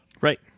right